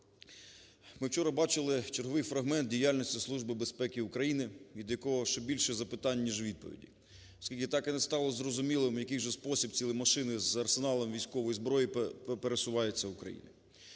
Ми вчора бачили черговий фрагмент діяльності Служби безпеки України, від якого ще більше запитань, ніж відповідей. Оскільки так і не стало зрозумілим, у який же спосіб цілі машини з арсеналом військової зброї пересуваються Україною.